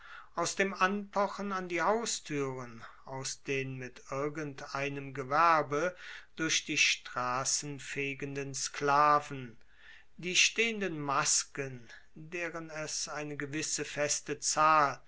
aus dem anpochen an die haustueren aus den mit irgendeinem gewerbe durch die strassen fegenden sklaven die stehenden masken deren es eine gewisse feste zahl